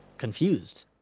confused.